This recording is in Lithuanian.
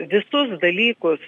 visus dalykus